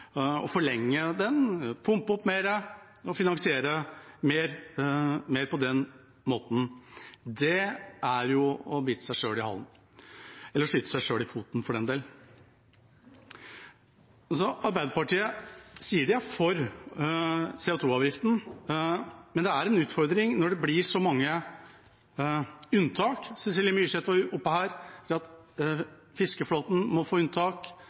forlenge, pumpe opp mer og finansiere mer på den måten. Det er jo å bite seg sjøl i halen, eller skyte seg sjøl i foten. Arbeiderpartiet sier de er for CO 2 -avgiften, men det er en utfordring når det blir så mange unntak. Cecilie Myrseth var oppe på talerstolen og sa at fiskeflåten må få unntak